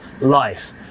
life